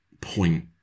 point